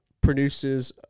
produces